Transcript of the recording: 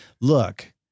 look